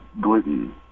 gluten